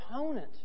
opponent